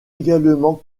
également